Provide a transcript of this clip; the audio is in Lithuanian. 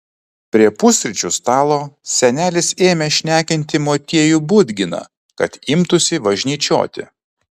prie pusryčių stalo senelis ėmė šnekinti motiejų budginą kad imtųsi važnyčioti